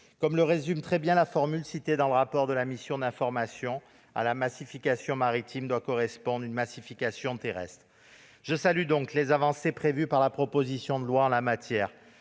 Comme le résume très bien la formule citée dans le rapport de la mission d'information, « à la massification maritime doit correspondre une massification terrestre ». Je salue donc les avancées prévues par la proposition de loi en la matière.